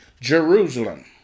Jerusalem